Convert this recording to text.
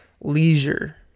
Leisure